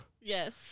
Yes